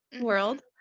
world